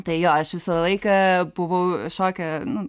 tai jo aš visą laiką buvau šoke nu